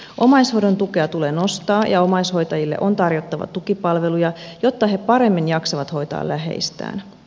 omaishoidon tukea tulee nostaa ja omaishoitajille on tarjottava tukipalveluja jotta he paremmin jaksavat hoitaa läheistään